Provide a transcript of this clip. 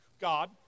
God